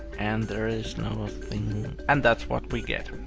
and there is nothing. and that's what we get.